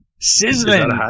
Sizzling